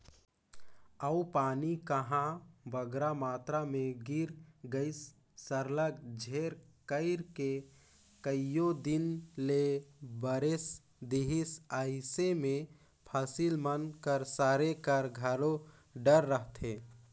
अउ पानी कहांे बगरा मातरा में गिर गइस सरलग झेर कइर के कइयो दिन ले बरेस देहिस अइसे में फसिल मन कर सरे कर घलो डर रहथे